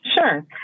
sure